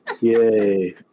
Yay